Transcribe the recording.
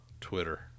Twitter